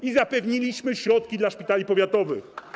I zapewniliśmy środki dla szpitali powiatowych.